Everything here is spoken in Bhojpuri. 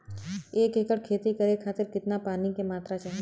एक एकड़ खेती करे खातिर कितना पानी के मात्रा चाही?